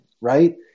right